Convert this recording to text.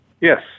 yes